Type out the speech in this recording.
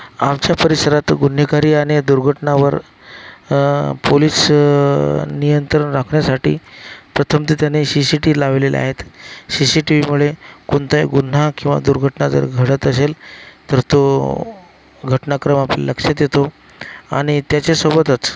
आमच्या परिसरात गुन्हेगारी आणि दुर्घटनावर पोलिस नियंत्रण राखण्यासाठी प्रथम तर त्यांनी शीशीटी लावलेले आहेत शीशीटीव्हीमुळे कोणताही गुन्हा किंवा दुर्घटना जर घडत असेल तर तो घटनाक्रम आपल्या लक्षात येतो आणि त्याच्यासोबतच